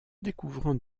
découvrant